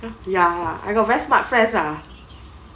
ya I got very smart friends ah